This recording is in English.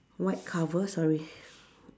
white cover sorry